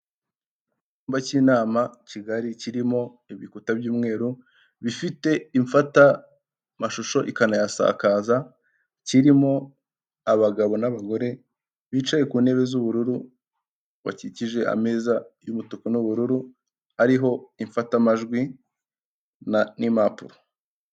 Icyumba cy'inama kigali, kirimo ibikuta by'umweru bifite imfatamashusho ikanayasakaza, kirimo abagabo n'abagore bicaye ku ntebe z'ubururu bakikije ameza y'umutuku n'ubururu ariho imfatamajwi na n'impapuro.